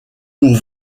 pour